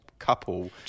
couple